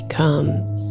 comes